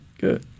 good